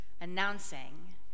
announcing